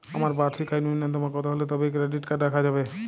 আমার বার্ষিক আয় ন্যুনতম কত হলে তবেই ক্রেডিট কার্ড রাখা যাবে?